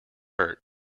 hurt